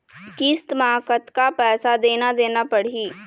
किस्त म कतका पैसा देना देना पड़ही?